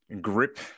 grip